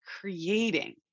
creating